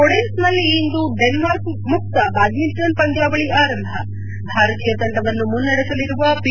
ಒಡೆನ್ಸ್ನಲ್ಲಿಂದು Denmark ಮುಕ್ತ badminton ಪಂದ್ಯಾವಳಿ ಆರಂಭ ಭಾರತೀಯ ತಂಡವನ್ನು ಮುನ್ನಡೆಸಲಿರುವ ಪಿ